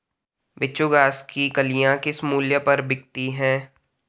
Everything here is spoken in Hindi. बिच्छू घास की कलियां किस मूल्य पर बिकती हैं?